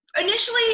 initially